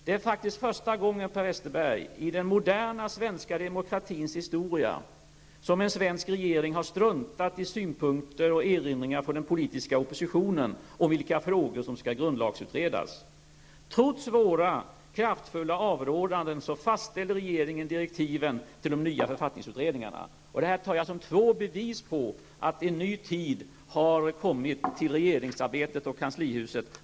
Det är faktiskt, Per Westerberg, första gången i den moderna svenska demokratins historia som en svensk regering har struntat i synpunkter och erinringar från den politiska oppositionen om vilka frågor som skall grundlagsutredas. Trots våra kraftfulla avrådanden fastställde regeringen direktiven till de nya författningsutredningarna. Jag tar dessa exempel som två bevis på att en ny tid har kommit till regeringsarbetet och till kanslihuset.